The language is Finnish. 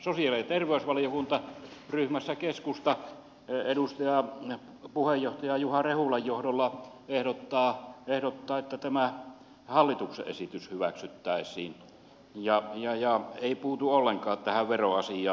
sosiaali ja terveysvaliokuntaryhmässä keskusta edustaja puheenjohtaja juha rehulan johdolla ehdottaa että tämä hallituksen esitys hyväksyttäisiin ja ei puutu ollenkaan tähän veroasiaan